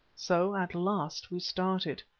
so at last we started.